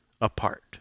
apart